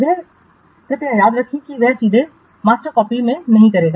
वह कृपया याद रखें कि वह सीधे मास्टर्स कॉपी में नहीं करेगा